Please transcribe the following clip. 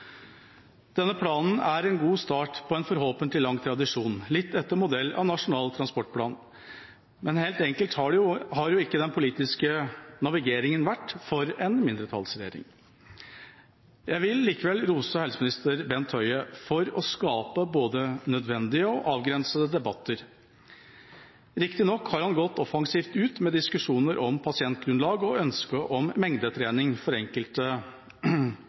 Denne planen er en god start på en forhåpentligvis lang tradisjon, litt etter modell av Nasjonal transportplan. Men helt enkel har jo ikke den politiske navigeringen vært for en mindretallsregjering. Jeg vil likevel rose helseminister Bent Høie for å skape både nødvendige og avgrensede debatter. Riktignok har han gått offensivt ut med diskusjoner om pasientgrunnlag og ønske om mengdetrening for enkelte